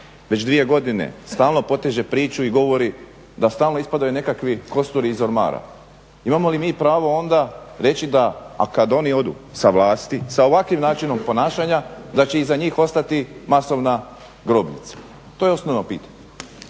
već dvije godine stalno poteže priču i govori da stalno ispadaju nekakvi kosturi iz ormara, imamo li mi pravo onda reći da kad oni odu sa vlasti sa ovakvim načinom ponašanja da će iza njih ostati masovna grobnica. To je osnovno pitanje.